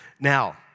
Now